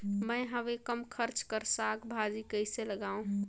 मैं हवे कम खर्च कर साग भाजी कइसे लगाव?